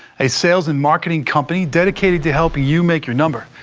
a sales and marketing company dedicated to helping you make your number.